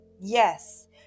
Yes